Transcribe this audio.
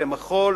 למחול,